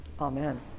Amen